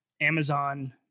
Amazon